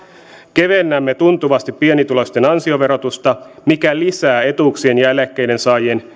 kevennämme tuntuvasti pienituloisten ansioverotusta mikä lisää etuuksien ja eläkkeiden saajien